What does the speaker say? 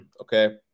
okay